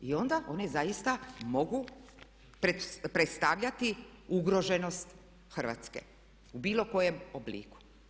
I onda, oni zaista mogu predstavljati ugroženost Hrvatske u bilo kojem obliku.